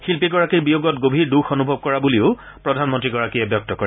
শিল্পীগৰাকীৰ বিয়োগত গভীৰ দুখ অনুভৱ কৰা বুলিও প্ৰধানমন্ত্ৰীগৰাকীয়ে ব্যক্ত কৰে